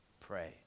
pray